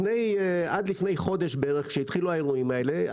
עד לפני חודש בערך כשהתחילו האירועים האלה,